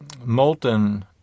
molten